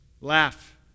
Laugh